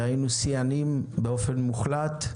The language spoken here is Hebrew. היינו שיאנים באופן מוחלט.